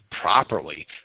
properly